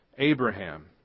Abraham